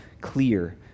clear